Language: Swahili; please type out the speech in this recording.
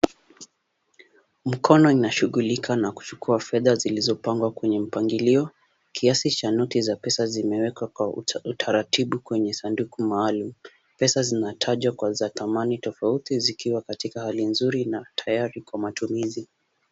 Mkono inashughulika na kuchukua fedha zilizopangwa kwenye mpangilio. Kiasi cha noti za pesa zimewekwa kwa utaratibu kwenye sanduku maalum. Pesa zinatajwa kwanza thamani tofauti zikiwa katika hali nzuri na tayari kwa matumizi.